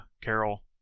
Carol